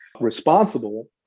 responsible